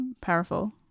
powerful